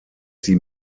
sie